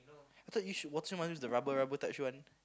I thought you should use the rubber rubber type shoe one